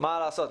מה לעשות,